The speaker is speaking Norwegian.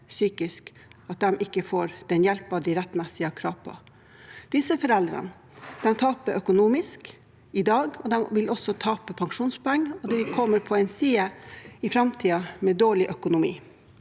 og ikke får den hjelpen de rettmessig har krav på. Disse foreldrene taper økonomisk i dag, de vil også tape pensjonspoeng, og de kommer på en side i framtiden med dårlig økonomi.